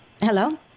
Hello